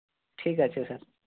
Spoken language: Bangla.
ঠিক আছে স্যার